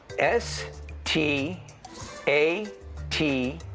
s t a t